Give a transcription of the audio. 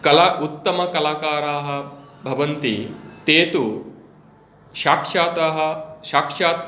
कला उत्तमकलाकाराः भवन्ति ते तु साक्षाताः साक्षात्